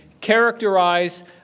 characterize